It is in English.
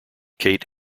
kate